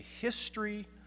history